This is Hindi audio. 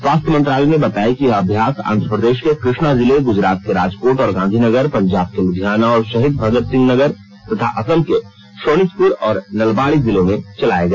स्वास्थ्य मंत्रालय ने बताया कि यह अभ्यास आंध्र प्रदेश के कृष्णा जिले गुजरात के राजकोट और गांधीनगर पंजाब के लुधियाना और शहीद भगत सिंह नगर तथा असम के शोणितपुर और नलबाड़ी जिलों में चलाया गया